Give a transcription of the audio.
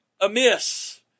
amiss